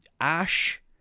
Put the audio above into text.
Ash